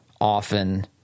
often –